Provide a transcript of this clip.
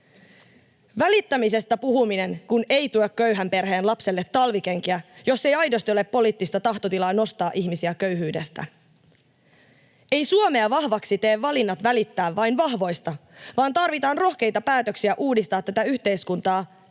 Välittämisestä puhuminen ei tuo köyhän perheen lapselle talvikenkiä, jos ei aidosti ole poliittista tahtotilaa nostaa ihmisiä köyhyydestä. Suomea eivät tee vahvaksi valinnat välittää vain vahvoista, vaan tarvitaan rohkeita päätöksiä uudistaa tätä yhteiskuntaa